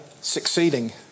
succeeding